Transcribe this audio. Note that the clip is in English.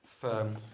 firm